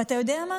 ואתה יודע מה?